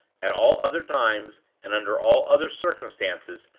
at all other times, and under all other circumstances,